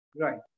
Right